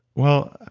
well,